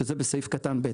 שזה בסעיף קטן (ב),